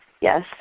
Yes